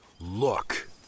Look